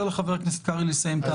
לחבר הכנסת קרעי לסיים את ההנמקה.